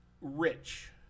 Rich